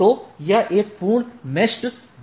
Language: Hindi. तो यह एक पूर्ण meshed BGP सत्र है